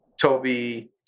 Toby